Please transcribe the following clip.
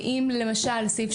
אם למשל סעיף,